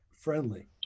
friendly